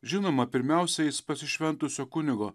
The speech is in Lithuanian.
žinoma pirmiausia jis pasišventusio kunigo